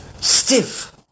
stiff